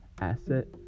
asset